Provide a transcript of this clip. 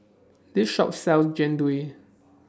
This Shop sells Jian Dui